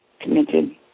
Committed